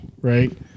right